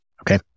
okay